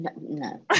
no